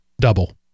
double